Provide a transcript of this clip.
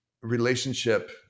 relationship